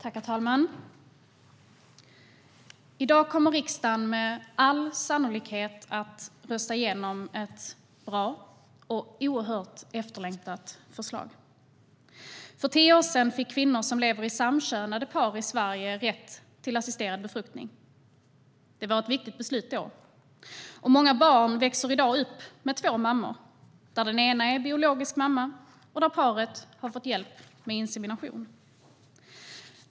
Herr talman! I dag kommer riksdagen med all sannolikhet att rösta igenom ett bra och oerhört efterlängtat förslag. För tio år sedan fick kvinnor som lever i samkönade par i Sverige rätt till assisterad befruktning. Det var ett viktigt beslut då. Och många barn växer i dag upp med två mammor, där den ena är biologisk mamma och där paret har fått hjälp med insemination.